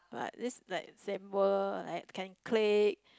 but this like same world like can click